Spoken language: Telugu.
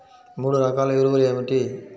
మూడు రకాల ఎరువులు ఏమిటి?